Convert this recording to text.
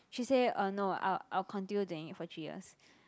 she say uh no I'll I'll continue doing it for three years